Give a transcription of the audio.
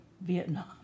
Vietnam